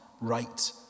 right